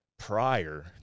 prior